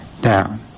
down